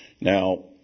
Now